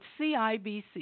CIBC